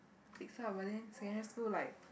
fix lah but then secondary school like